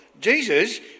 Jesus